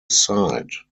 side